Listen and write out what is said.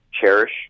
cherish